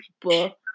people